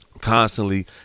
constantly